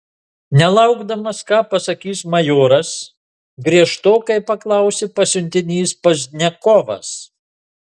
nelaukdamas ką pasakys majoras griežtokai paklausė pasiuntinys pozdniakovas